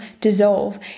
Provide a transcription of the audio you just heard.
dissolve